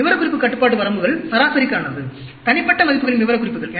விவரக்குறிப்பு கட்டுப்பாடு வரம்புகள் சராசரிக்கானது தனிப்பட்ட மதிப்புகளின் விவரக்குறிப்புகள்